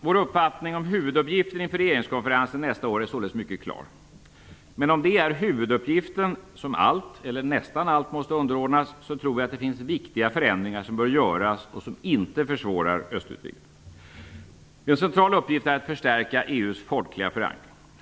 Vår uppfattning om huvuduppgiften inför regeringskonferensen nästa år är således mycket klar, men om det är huvuduppgiften som allt eller nästan allt måste underordnas tror jag att det finns viktiga förändringar som bör göras och som inte försvårar östutvidgningen. En central uppgift är att förstärka EU:s folkliga förankring.